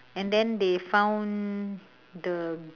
and then they found the